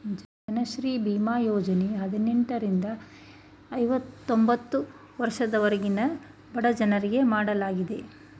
ಜನಶ್ರೀ ಬೀಮಾ ಯೋಜನೆ ಹದಿನೆಂಟರಿಂದ ಐವತೊಂಬತ್ತು ವರ್ಷದವರೆಗಿನ ಬಡಜನರಿಗೆ ಮಾಡಲಾಗಿದೆ